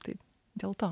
tai dėl to